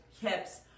hips